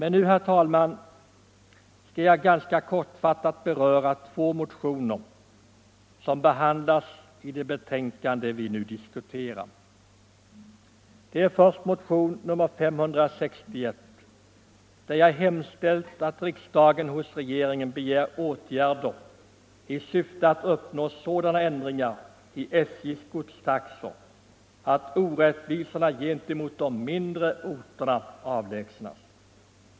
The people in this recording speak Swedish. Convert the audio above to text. Nu skall jag ganska kortfattat beröra två motioner som behandlas i det betänkande vi nu diskuterar. Den första är motionen 561. Där har jag hemställt att riksdagen hos regeringen begär åtgärder i syfte att uppnå sådana ändringar i SJ:s godstaxor att orättvisorna gentemot de mindre orterna avlägsnas.